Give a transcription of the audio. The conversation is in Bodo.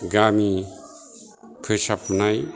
गामि फोसाबनाय